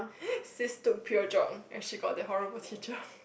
sis took pure geog and she got that horrible teacher